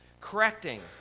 correcting